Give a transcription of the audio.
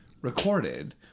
recorded